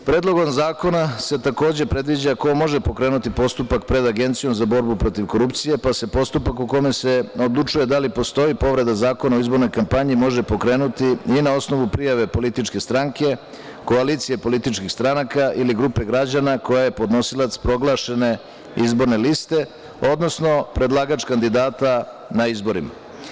Predlogom zakona se, takođe, predviđa ko može pokrenuti postupak pred Agencijom za borbu protiv korupcije, pa se postupak u kome se odlučuje da li postoji povreda Zakona o izbornoj kampanji, može pokrenuti i na osnovu prijave političke stranke, koalicije političkih stranaka ili grupe građana koja je podnosilac proglašene izborne liste, odnosno predlagač kandidata na izborima.